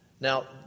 Now